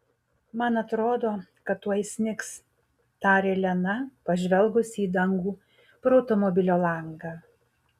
man atrodo kad tuoj snigs tarė lena pažvelgus į dangų pro automobilio langą